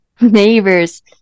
neighbors